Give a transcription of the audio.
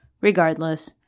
Regardless